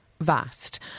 Vast